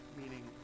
meaning